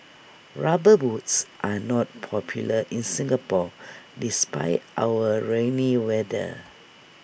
rubber boots are not popular in Singapore despite our rainy weather